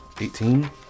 Eighteen